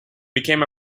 became